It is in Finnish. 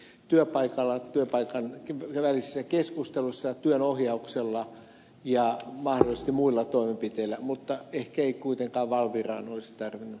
rauhalakin viittasi työpaikalla työpaikan välisissä keskusteluissa ja työnohjauksella ja mahdollisesti muilla toimenpiteillä mutta ehkä ei kuitenkaan valviraan olisi tarvinnut